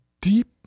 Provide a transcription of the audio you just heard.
deep